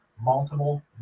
multiple